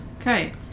Okay